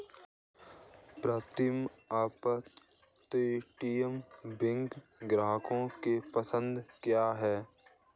प्रीतम अपतटीय बैंक ग्राहकों की पसंद क्यों है?